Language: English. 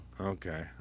Okay